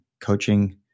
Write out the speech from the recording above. coaching